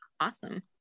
awesome